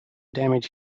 damage